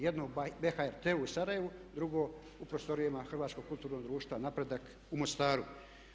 Jedno u BHRT-u u Sarajevu, drugo u prostorijama Hrvatskog kulturnog društva Napredak u Mostaru.